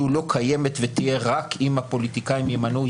לא קיימת ותהיה רק אם הפוליטיקאים ימנו,